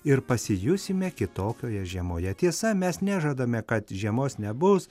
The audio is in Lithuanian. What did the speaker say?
ir pasijusime kitokioje žiemoje tiesa mes nežadame kad žiemos nebus